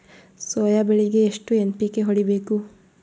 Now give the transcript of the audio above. Soya ಬೆಳಿಗಿ ಎಷ್ಟು NPK ಹೊಡಿಬೇಕು?